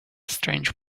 strange